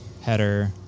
header